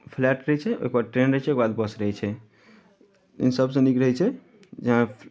flight रहै छै ओहिके बाद ट्रेन रहै छै ओहिके बाद बस रहै छै एहिमे सभसँ नीक रहै छै जे अहाँ